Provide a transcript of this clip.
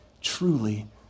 truly